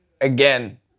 again